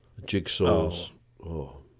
jigsaws